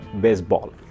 baseball